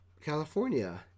California